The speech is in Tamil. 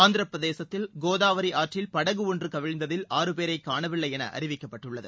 ஆந்திரப்பிரதேசத்தில் கோதாவரி ஆற்றில் படகு ஒன்று கவிழ்ந்ததில் ஆறு பேரை காணவில்லை என அறிவிக்கப்பட்டுள்ளது